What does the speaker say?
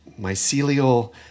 mycelial